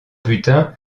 putain